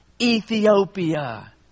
Ethiopia